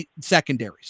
secondaries